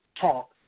talk